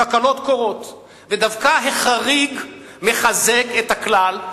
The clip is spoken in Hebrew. תקלות קורות ודווקא החריג מחזק את הכלל.